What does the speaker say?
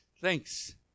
thanks